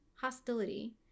hostility